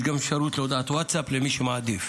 יש גם אפשרות להודעת ווטסאפ, למי שמעדיף,